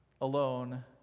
alone